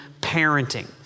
parenting